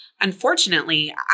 Unfortunately